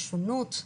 שונות,